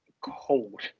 cold